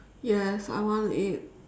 yes I want to eat